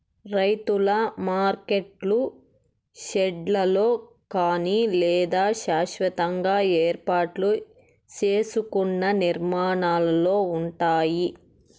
రైతుల మార్కెట్లు షెడ్లలో కానీ లేదా శాస్వతంగా ఏర్పాటు సేసుకున్న నిర్మాణాలలో ఉంటాయి